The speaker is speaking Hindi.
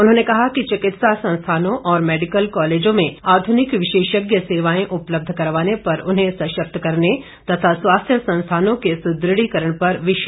उन्होंने कहा कि चिकित्सा संस्थानों और मैडिकल कॉलेजों में आधुनिक विशेषज्ञ सेवाएं उपलब्ध करवाने पर उन्हें सशक्त करने तथा स्वास्थ्य संस्थानों के सुदृढ़ीकरण पर विशेष बल दिया जा रहा है